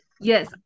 yes